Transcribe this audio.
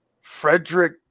Frederick